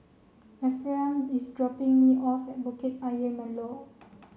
Ephraim is dropping me off at Bukit Ayer Molek